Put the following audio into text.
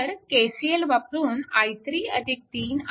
तर KCL वापरून i3 3I i2